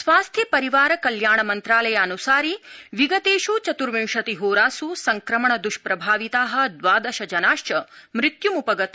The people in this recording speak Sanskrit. स्वास्थ्य परिवार कल्याण मन्त्रालयान्सारि विगतेष् चत्र्विंशति होरास् संक्रमण द्ष्प्रभाविता द्वादशजनाश्च मृत्य्म्पगता